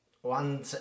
one